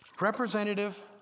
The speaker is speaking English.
representative